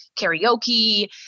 karaoke